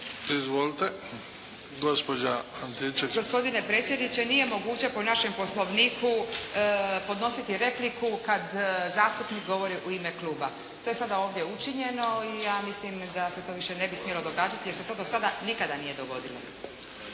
(SDP)** Gospodine predsjedniče, nije moguće po našem Poslovniku podnositi repliku kad zastupnik govori u ima kluba. To je sada ovdje učinjeno i ja mislim da se to više ne bi smjelo događati jer se to do sada nikada nije dogodilo.